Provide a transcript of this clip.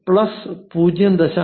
നമ്മൾ പ്ലസ് 0